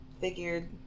figured